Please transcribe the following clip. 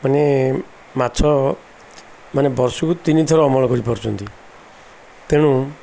ମାନେ ମାଛ ମାନେ ବର୍ଷକୁ ତିନି ଥର ଅମଳ କରିପାରୁଛନ୍ତି ତେଣୁ